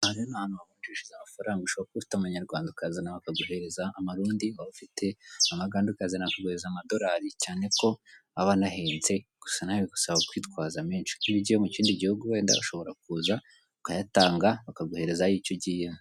Aha rero ni ahantu wavunjishiriza amafaranga ushobora kuba ufite amanyarwanda ukazana bakaguhereza amarundi, waba ufite amagande ukazana bakaguhereza amadolari cyane ko aba anahenze, gusa nawe bigusaba kwitwaza menshi. Kuko iyo ugiye mu kindi gihugu wenda ushobora kuza ukayatanga, bakaguhereza ayo icyo ugiyemo.